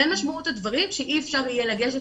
ואין משמעות הדברים שאי אפשר יהיה לגשת